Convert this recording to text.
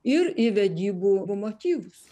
ir į vedybų motyvus